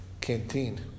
canteen